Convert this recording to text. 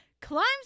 climbs